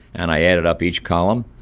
and i added up each column,